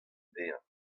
dezhañ